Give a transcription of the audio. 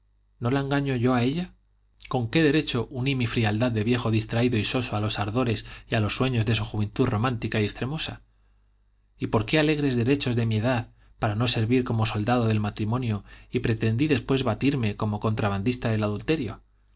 no la engaño yo a ella con qué derecho uní mi frialdad de viejo distraído y soso a los ardores y a los sueños de su juventud romántica y extremosa y por qué alegué derechos de mi edad para no servir como soldado del matrimonio y pretendí después batirme como contrabandista del adulterio